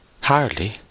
Hardly